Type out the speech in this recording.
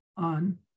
On